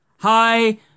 Hi